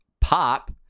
Pop